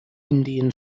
indian